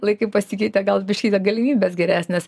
laikai pasikeitė gal biškį galimybės geresnės